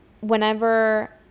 whenever